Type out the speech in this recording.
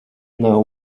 know